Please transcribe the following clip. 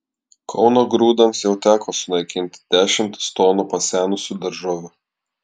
kauno grūdams jau teko sunaikinti dešimtis tonų pasenusių daržovių